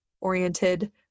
oriented